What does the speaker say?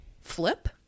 flip